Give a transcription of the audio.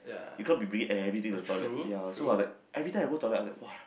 you can't be bringing everything to the toilet ya so of that everytime I go toilet I said !wow!